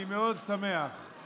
אני שמח מאוד